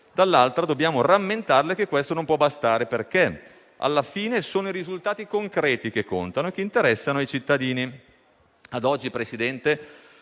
dall'altra parte, dobbiamo rammentarle che questo non può bastare, perché alla fine sono i risultati concreti che contano e che interessano ai cittadini. Ad oggi, signor